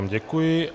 Děkuji.